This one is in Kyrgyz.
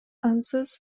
ансыз